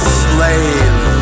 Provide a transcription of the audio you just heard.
slave